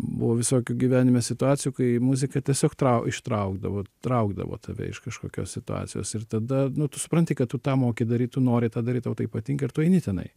buvo visokių gyvenime situacijų kai muzika tiesiog trau ištraukdavo traukdavo tave iš kažkokios situacijos ir tada nu tu supranti kad tu tą moki daryt tu nori tą daryt tau tai patinka ir tu eini tenai